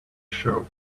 show